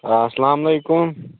آ اسلام علیکُم